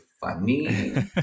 funny